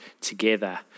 together